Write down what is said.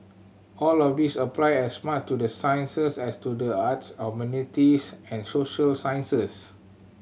all of these apply as much to the sciences as to the arts humanities and social sciences